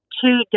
two